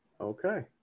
Okay